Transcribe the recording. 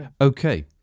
Okay